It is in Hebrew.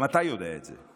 גם אתה יודע את זה,